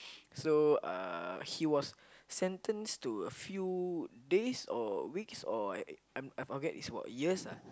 so uh he was sentenced to a few days or weeks or I'm I I forget it's about years ah